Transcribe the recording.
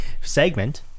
segment